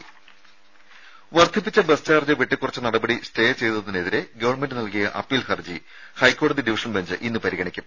രുര വർദ്ധിപ്പിച്ച bus charge വെട്ടിക്കുറച്ച നടപടി സ്റ്റേ ചെയ്തതിനെതിരെ ഗവൺമെന്റ് നൽകിയ അപ്പീൽ ഹർജി ഹൈക്കോടതി ഡിവിഷൻ ബഞ്ച് ഇന്ന് പരിഗണിക്കും